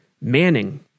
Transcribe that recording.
Manning